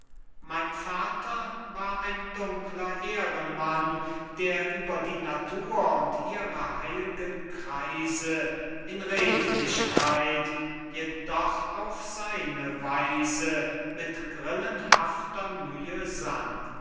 mein vater war ein dunkler ehrenmann der über die natur und ihre heilgen kreise in redlichkeit jedoch auf seine weise mit grillenhafter mühe sann